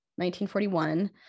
1941